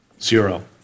zero